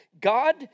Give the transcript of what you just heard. God